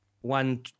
one